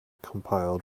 compiled